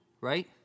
right